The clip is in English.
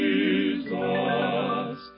Jesus